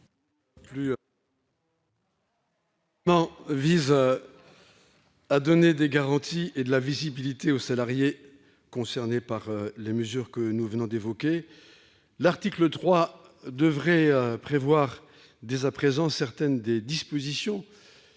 Cet amendement vise à donner des garanties et de la visibilité aux salariés concernés par les mesures que nous venons d'évoquer. L'article 3 devrait dès à présent préciser certaines des dispositions